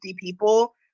people